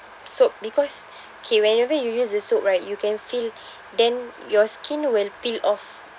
soap because K whenever you use the soap right you can feel then your skin will peel off